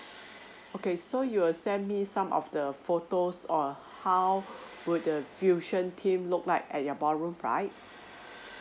okay so you'll send me some of the photos or how would the fusion theme look like at your ballroom right